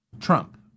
Trump